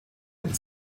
und